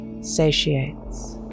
satiates